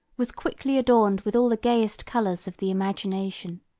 was quickly adorned with all the gayest colors of the imagination.